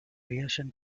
reaction